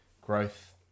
growth